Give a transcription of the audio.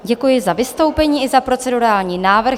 Děkuji za vystoupení i za procedurální návrh.